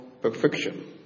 perfection